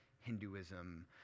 Hinduism